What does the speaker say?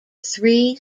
three